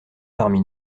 parmi